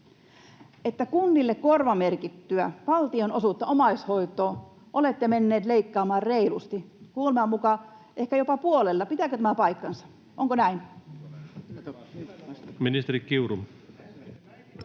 että kunnille korvamerkittyä valtionosuutta omaishoitoon olette menneet leikkaamaan reilusti, kuuleman mukaan ehkä jopa puolella? Pitääkö tämä paikkansa, onko näin?